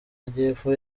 majyepfo